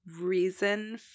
reason